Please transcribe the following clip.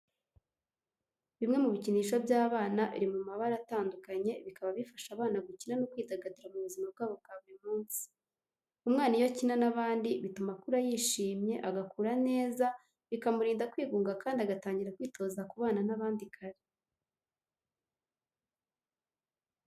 Bimwe mu bikinisho by'abana biri mu mabara atandukanye, bikaba bifasha abana gukina no kwidagadura mu buzima bwabo bwa buri munsi. Umwana iyo akina n'abandi bituma akura yishimye, agakura neza, bikamurinda kwigunga kandi agatangira kwitoza kubana n'abandi.